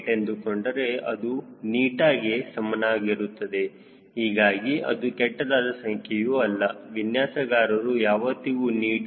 8 ಎಂದುಕೊಂಡರೆ ಅದು ನೀಟಗೆ ಸಮಾನವಾಗಿರುತ್ತದೆ ಹೀಗಾಗಿ ಅದು ಕೆಟ್ಟದಾದ ಸಂಖ್ಯೆಯು ಅಲ್ಲ ವಿನ್ಯಾಸಗಾರರು ಯಾವತ್ತಿಗೂ ನೀಟ ಮೌಲ್ಯವು 0